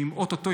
שאו טו טו,